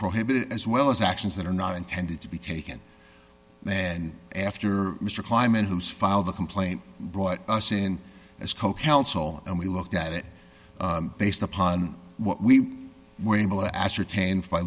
prohibited as well as actions that are not intended to be taken then after mr kleiman who's filed a complaint brought us in as co counsel and we looked at it based upon what we were able to ascertain